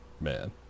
man